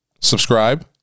subscribe